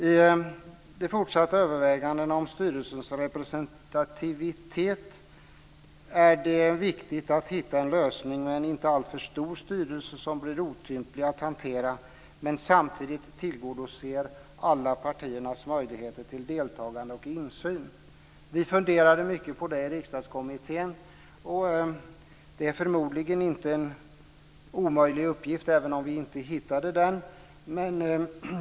I de fortsatta övervägandena om styrelsens representativitet är det viktigt att hitta en lösning med en inte alltför stor styrelse som blir otymplig att hantera, men samtidigt tillgodoser alla partiernas möjligheter till deltagande och insyn. Vi funderade mycket på det i Riksdagskommittén. Det är förmodligen inte en omöjlig uppgift, även om vi inte löste den.